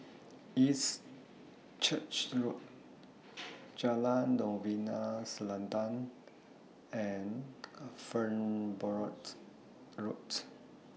East Church Road Jalan Novena Selatan and Farnborough Road